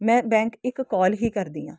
ਮੈਂ ਬੈਂਕ ਇੱਕ ਕਾਲ ਹੀ ਕਰਦੀ ਹਾਂ